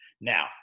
Now